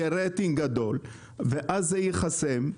יהיה רייטינג גדול ואז זה ייחסם,